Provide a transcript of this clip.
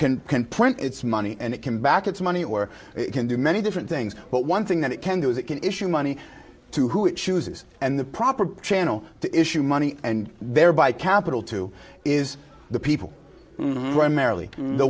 can can print its money and it can back its money or it can do many different things but one thing that it can do is it can issue money to who it chooses and the proper channel to issue money and thereby capital to is the people